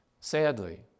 Sadly